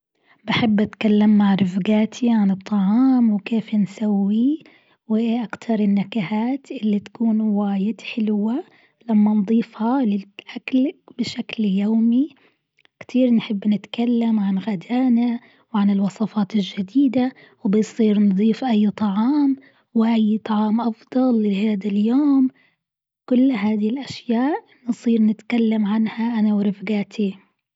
بحب أتكلم مع رفيقاتي عن الطعام وكيف نسويه وإيه أكتر النكهات إللي تكون واجد حلوة لما نضيفها للأكل بشكل يومي، كتير نحب نتكلم عن غدانا وعن الوصفات الجديدة وبيصير نضيف طعام وأي طعام أفضل لهذا اليوم، كل هذه الأشياء نصير نتكلم عنها أنا ورفقاتي.